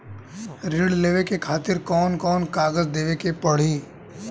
ऋण लेवे के खातिर कौन कोन कागज देवे के पढ़ही?